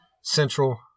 Central